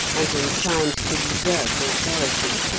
and inclined to usurp authority.